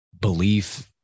belief